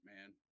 man